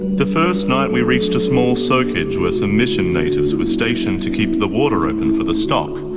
the first night we reached a small soakage where some mission natives were stationed to keep the water open for the stock.